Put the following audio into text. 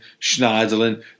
Schneiderlin